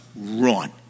run